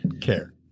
care